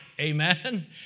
Amen